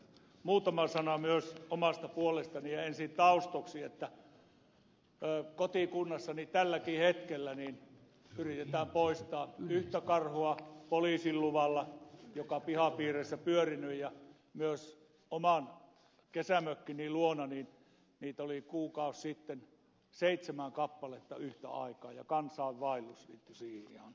muutama sana myös omasta puolestani ja ensin taustoiksi että kotikunnassani tälläkin hetkellä yritetään poistaa poliisin luvalla yhtä karhua joka pihapiireissä on pyörinyt ja myös oman kesämökkini luona niitä oli kuukausi sitten seitsemän kappaletta yhtä aikaa ja kansainvaellus liittyi siihen ihan katsomaan